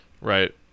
Right